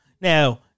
Now